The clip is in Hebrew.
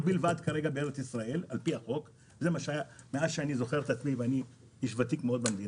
לקחת כסף בלבד במדינה מאז שאני זוכר את עצמי כוותיק במדינה.